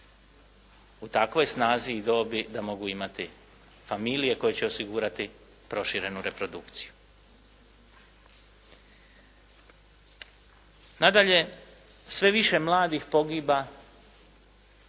u takvoj snazi i dobi da mogu imati familije koje će osigurati proširenu reprodukciju. Nadalje sve više mladih pogiba